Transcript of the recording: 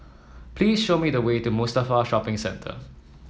please show me the way to Mustafa Shopping Centre